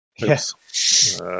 Yes